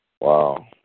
Wow